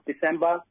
December